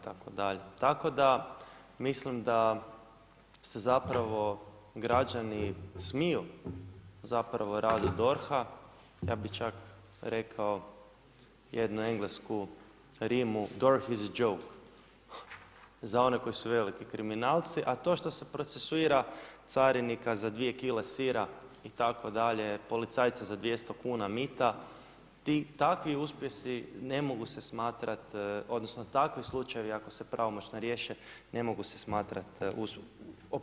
Tako da mislim da se zapravo građani smiju radi DORH-a, ja bih čak rekao jednu englesku rimu, DORH is a joke, za one koji su veliki kriminalci, a to što se procesuira carinika za dvije kile sira itd., policajca za 200 kuna mita, takvi uspjesi ne mogu se smatrati, odnosno takvi slučajevi, ako se pravomoćno riješe, ne mogu se smatrati uspjehom.